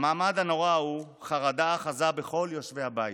במעמד הנורא ההוא חרדה אחזה בכל יושבי הבית,